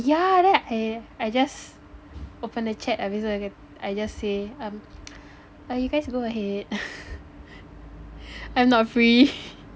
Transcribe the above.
yeah then eh I just open the chat habis tu I kan I just say mm err you guys go ahead I'm not free